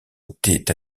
était